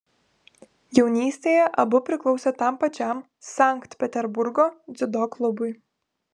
jaunystėje abu priklausė tam pačiam sankt peterburgo dziudo klubui